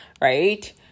right